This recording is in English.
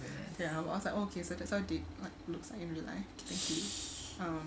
ya then I was like okay so that's how a dick looks like in real life thank you um